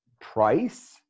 price